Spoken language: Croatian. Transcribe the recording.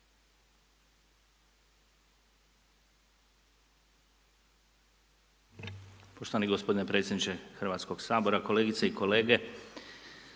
Poštovani gospodine predsjedniče Hrvatskog sabora, kolegice i kolege,